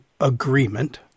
agreement